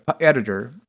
editor